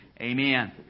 Amen